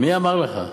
מי אמר לך?